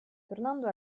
tornando